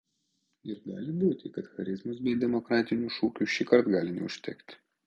ir gali būti kad charizmos bei demokratinių šūkių šįkart gali neužtekti